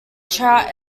trout